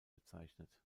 bezeichnet